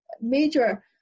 major